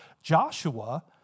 Joshua